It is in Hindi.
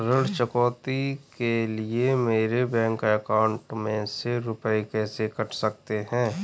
ऋण चुकौती के लिए मेरे बैंक अकाउंट में से रुपए कैसे कट सकते हैं?